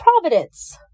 Providence